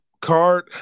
card –